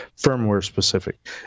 firmware-specific